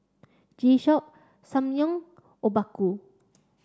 G Shock Ssangyong Obaku